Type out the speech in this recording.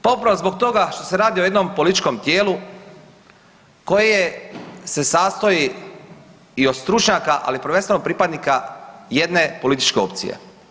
Pa upravo zbog toga što se radi o jednom političkom tijelu koje se sastoji i od stručnjaka, ali prvenstveno od pripadnika jedne političke opcije.